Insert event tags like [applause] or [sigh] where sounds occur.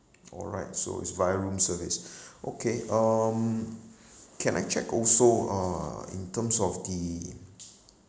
alright so it's via room service [breath] okay um can I check also uh in terms of the